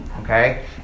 Okay